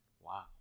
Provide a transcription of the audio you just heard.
Wow